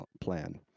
plan